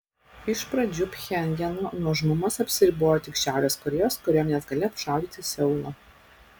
iš pradžių pchenjano nuožmumas apsiribojo tik šiaurės korėjos kariuomenės galia apšaudyti seulą